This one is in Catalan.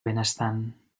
benestant